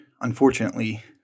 unfortunately